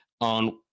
on